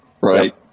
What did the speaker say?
right